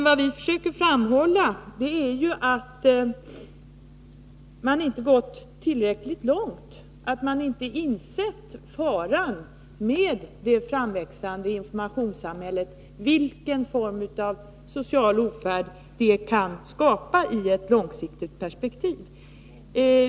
Vad vi försöker framhålla är att man inte gått tillräckligt långt, att man inte insett faran med det framväxande informationssamhället och vilken form av social ofärd det kan skapa i ett långsiktigt perspektiv.